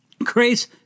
Grace